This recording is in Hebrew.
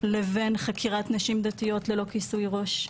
לבין חקירת נשים דתיות ללא כיסוי ראש.